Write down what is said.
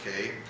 okay